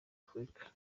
afurika